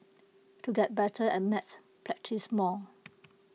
to get better at maths practise more